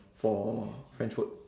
for french food